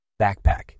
Backpack